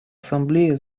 ассамблея